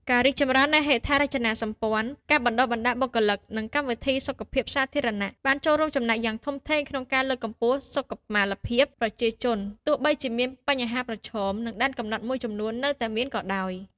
ការរីកចម្រើននៃហេដ្ឋារចនាសម្ព័ន្ធ ការបណ្តុះបណ្តាលបុគ្គលិក និងកម្មវិធីសុខភាពសាធារណៈបានរួមចំណែកយ៉ាងធំធេងក្នុងការលើកកម្ពស់សុខុមាលភាពប្រជាជន ទោះបីជាមានបញ្ហាប្រឈម និងដែនកំណត់មួយចំនួននៅតែមានក៏ដោយ។